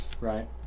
right